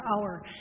hour